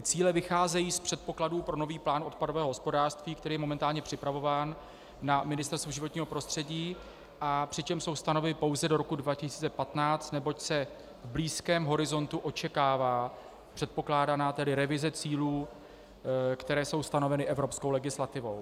Cíle vycházejí z předpokladů pro nový plán odpadového hospodářství, který je momentálně připravován na Ministerstvu životního prostředí, přičemž jsou stanoveny pouze do roku 2015, neboť se v blízkém horizontu očekává předpokládaná revize cílů, které jsou stanoveny evropskou legislativou.